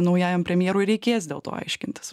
naujajam premjerui reikės dėl to aiškintis